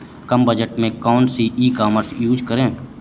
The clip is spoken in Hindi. कम बजट में कौन सी ई कॉमर्स यूज़ करें?